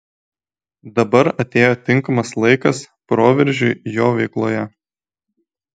dabar atėjo tinkamas laikas proveržiui jo veikloje